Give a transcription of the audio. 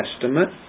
Testament